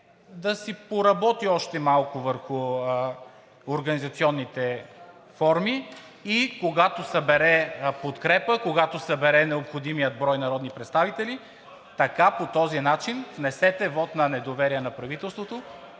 да си поработи още малко върху организационните форми и когато събере подкрепа, когато събере необходимия брой народни представители, така, по този начин внесете вот на недоверие на правителството,